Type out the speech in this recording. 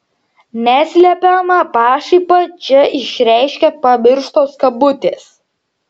neslepiamą pašaipą čia išreiškia pamirštos kabutės